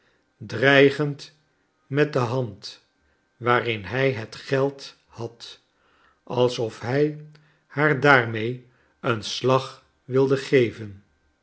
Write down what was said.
dreigend met de hand waarin liij het geld had alsof hij haar daarmee een slag wilde geven